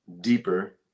deeper